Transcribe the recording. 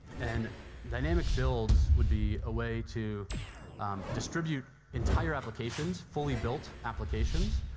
and dynamic builds would be a way to distribute entire applications fully built applications,